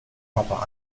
proper